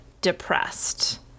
depressed